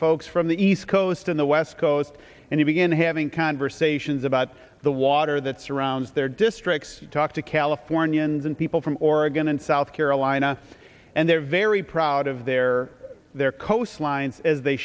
folks from the east coast in the west coast and you begin having conversations about the water that surrounds their districts talk to californians and people from oregon and south carolina and they're very proud of their their coastlines as they